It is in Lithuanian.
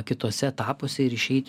kituose etapuose ir išeit